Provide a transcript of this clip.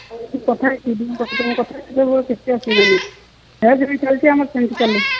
କଥା ହେଇଥିଲ ବୋଧେ କଥା ହେଇଥିଲ କିଛି ଅସୁବିଧା ନାହିଁ ଯାହା ଯେମିତି ଚାଲିଛି ଆମର ସେମତି ଚାଲୁ